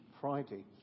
Friday